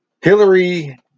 hillary